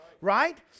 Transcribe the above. right